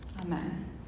Amen